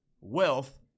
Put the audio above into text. Wealth